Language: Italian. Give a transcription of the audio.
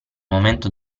momento